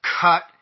cut